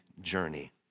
journey